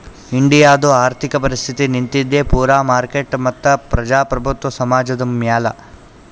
ಇಂಡಿಯಾದು ಆರ್ಥಿಕ ಪರಿಸ್ಥಿತಿ ನಿಂತಿದ್ದೆ ಪೂರಾ ಮಾರ್ಕೆಟ್ ಮತ್ತ ಪ್ರಜಾಪ್ರಭುತ್ವ ಸಮಾಜದ್ ಮ್ಯಾಲ